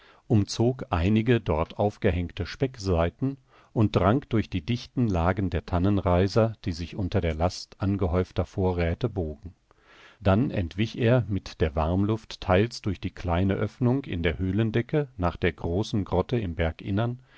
umzog einige dort aufgehängte speckseiten und drang durch die dichten lagen der tannenreiser die sich unter der last angehäufter vorräte bogen dann entwich er mit der warmluft teils durch die kleine öffnung in der höhlendecke nach der großen grotte im